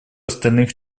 остальных